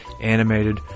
animated